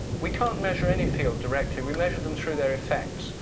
we can't measure any field directly. we measure them through their effects.